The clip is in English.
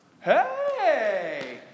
Hey